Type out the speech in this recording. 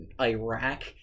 Iraq